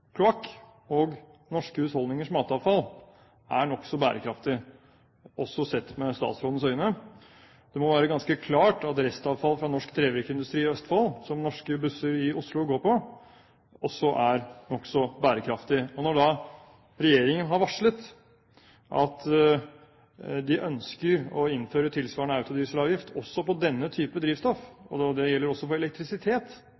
kloakk og norske husholdningers matavfall er nokså bærekraftig, også sett med statsrådens øyne. Det må være ganske klart at restavfall fra norsk trevirkeindustri i Østfold, som norske busser i Oslo går på, også er nokså bærekraftig. Og når da regjeringen har varslet at den ønsker å innføre autodieselavgift også på denne type